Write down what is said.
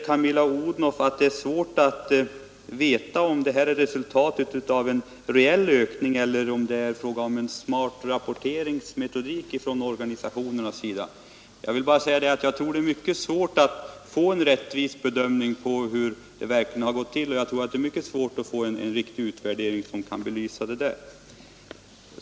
Camilla Odhnoff sade att det är svårt att veta om den nu redovisade ökningen av aktiviteterna är en reell sådan, eller om det är fråga om en ”smart” rapporteringsmetodik från organisationernas sida. Jag tror att det är mycket svårt att få en rättvis bedömning av hur det verkligen ligger till och att det är mycket svårt att få en riktig utvärdering, som kan belysa det.